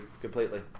completely